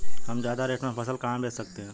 हम ज्यादा रेट में फसल कहाँ बेच सकते हैं?